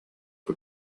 for